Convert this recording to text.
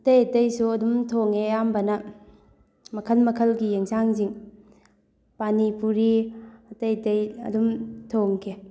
ꯑꯇꯩ ꯑꯇꯩꯁꯨ ꯑꯗꯨꯝ ꯊꯣꯡꯉꯦ ꯑꯌꯥꯝꯕꯅ ꯃꯈꯜ ꯃꯈꯜꯒꯤ ꯌꯦꯟꯖꯥꯡꯁꯤꯡ ꯄꯥꯅꯤ ꯄꯨꯔꯤ ꯑꯇꯩ ꯑꯇꯩ ꯑꯗꯨꯝ ꯊꯣꯡꯈꯤ